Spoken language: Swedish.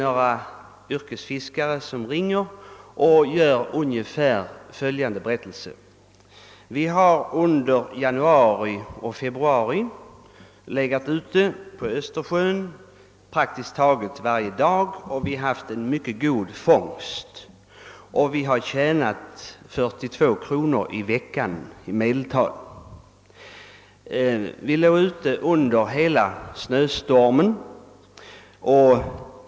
Några yrkesfiskare ringde och berättade att de under januari och februari legat ute på Östersjön praktiskt taget varje dag och fått en mycket god fångst men hade tjänat i medeltal 42 kronor per vecka. De låg ute under den snöstorm som rasade under en del av den aktuella perioden.